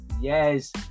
Yes